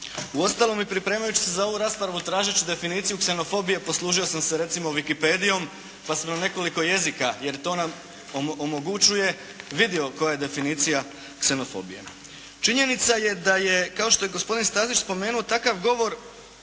Uostalom i pripremajući se za ovu raspravu, tražeći definiciju ksenofobije poslužio sam se recimo Wikipedijom, pa sam na nekoliko jezika, jer to nam omogućuje …/Govornik se ne razumije./… koja definicija ksenofobije. Činjenica je da je kao što je gospodin Stazić spomenuo, takav govor